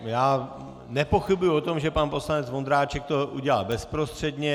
Já nepochybuju o tom, že pan poslanec Vondráček to udělal bezprostředně.